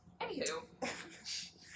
Anywho